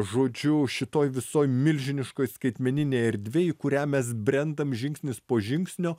žodžiu šitoj visoj milžiniškoj skaitmeninėj erdvėj į kurią mes brendam žingsnis po žingsnio